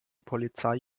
polizei